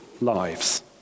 lives